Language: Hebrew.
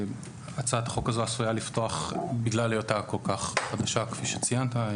הצעת החוק הזו עשויה לפתוח בגלל היותה כל כך חדשה כפי שציינת,